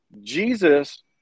Jesus